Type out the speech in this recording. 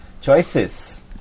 Choices